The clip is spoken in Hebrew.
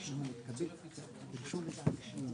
לפתוח את ישיבת ועדת הכספים.